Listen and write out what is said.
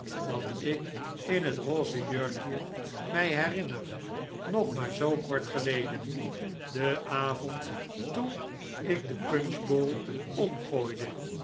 dat ik in het rose jurkje mij herinner nog maar zoo kort geleden den avond toen ik de punch bowl omgooide